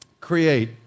create